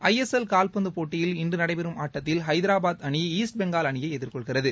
ஐ S L கால்பந்து போட்டியில் இன்று நடைபெறும் ஆட்டத்தில் ஹைதராபாத் அனி ஈஸ்ட் பெங்கால் அணியை எதிர்கொள்கிறது